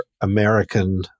American